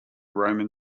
roman